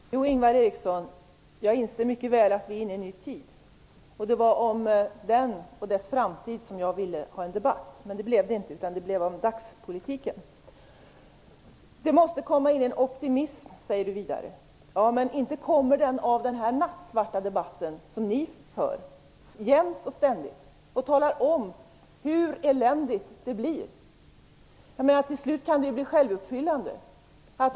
Herr talman! Jo, Ingvar Eriksson, jag inser mycket väl att det nu är en ny tid för oss. Det var om detta och om framtiden i det avseendet som jag ville ha en debatt. Så blev det inte, utan det kom att handla om dagspolitiken. Det måste komma in optimism, säger Ingvar Eriksson. Ja, men inte kommer det någon optimism efter den nattsvarta debatt som ni jämt och ständigt för. Ni talar bara om hur eländigt det blir. Till slut kan det ju bli självuppfyllande.